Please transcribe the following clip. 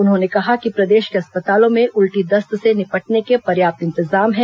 उन्होंने कहा कि प्रदेश के अस्पतालों में उल्टी दस्त से निपटने के पर्याप्त इंतजाम हैं